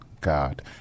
God